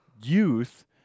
youth